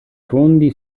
fondi